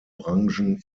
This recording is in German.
branchen